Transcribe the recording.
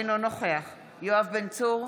אינו נוכח יואב בן צור,